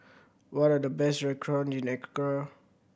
what are the best in Accra